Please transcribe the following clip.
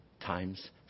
times